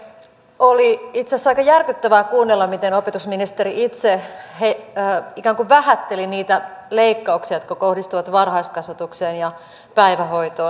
oli itse asiassa aika järkyttävää kuunnella miten opetusministeri itse ikään kuin vähätteli niitä leikkauksia jotka kohdistuvat varhaiskasvatukseen ja päivähoitoon